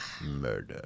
Murder